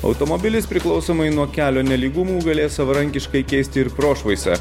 automobilis priklausomai nuo kelio nelygumų galės savarankiškai keisti ir prošvaisą